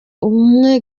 ubumwe